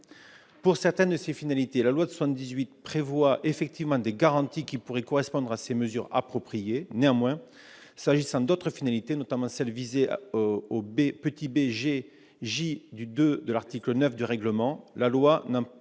Pour certaines de ces finalités, la loi de 1978 prévoit effectivement des garanties qui pourraient correspondre à ces « mesures appropriées ». Néanmoins, s'agissant d'autres finalités- celles visées au, et du 2 de l'article 9 du règlement -, la loi n'en